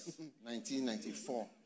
1994